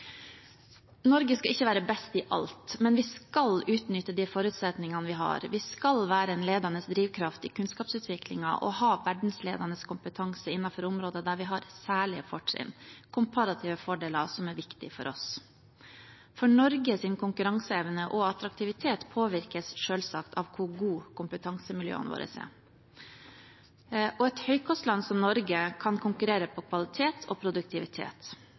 Norge skal ikke være best i alt, men vi skal utnytte de forutsetningene vi har. Vi skal være en ledende drivkraft i kunnskapsutviklingen og ha verdensledende kompetanse innenfor områder der vi har særlige fortrinn, komparative fordeler som er viktige for oss, for Norges konkurranseevne og attraktivitet påvirkes selvsagt av hvor gode kompetansemiljøene våre er. Et høykostland som Norge kan konkurrere i kvalitet og produktivitet.